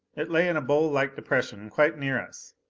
it lay in a bowl-like depression quite near us.